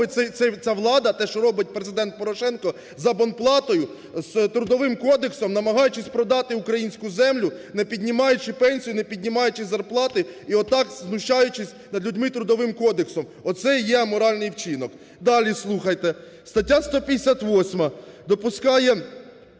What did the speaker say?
ця влада, те, що робить Президент Порошенко з абонплатою, з Трудовим кодексом, намагаючись продати українську землю, не піднімаючи пенсію, не піднімаючи зарплати і отак знущаючись над людьми Трудовим кодексом. Оце і є аморальний вчинок. Далі слухайте. Стаття 158 допускає